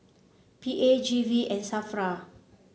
P A G V and Safra